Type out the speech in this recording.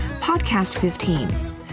PODCAST15